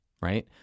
right